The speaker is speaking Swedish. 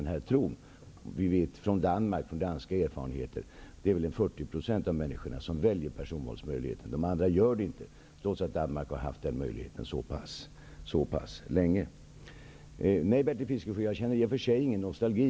Erfarenheterna från Danmark visar att 40 % av väljarna använder sig av personvalsmöjligheten. De övriga gör det inte, trots att möjligheten har funnits i Danmark så pass länge. Nej, Bertil Fiskesjö, jag känner i och för sig ingen nostalgi.